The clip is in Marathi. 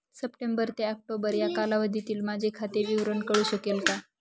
सप्टेंबर ते ऑक्टोबर या कालावधीतील माझे खाते विवरण कळू शकेल का?